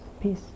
peace